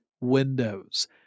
Windows